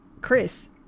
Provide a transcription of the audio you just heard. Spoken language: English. Chris